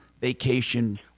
vacation